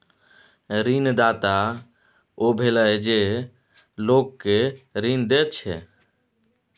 ऋणदाता ओ भेलय जे लोक केँ ऋण दैत छै